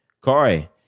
Corey